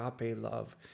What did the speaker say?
love